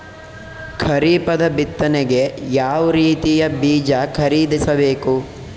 ಖರೀಪದ ಬಿತ್ತನೆಗೆ ಯಾವ್ ರೀತಿಯ ಬೀಜ ಖರೀದಿಸ ಬೇಕು?